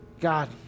God